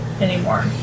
anymore